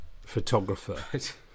photographer